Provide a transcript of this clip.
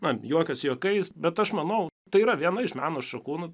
man juokas juokais bet aš manau tai yra viena iš meno šakų